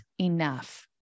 enough